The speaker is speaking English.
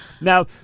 Now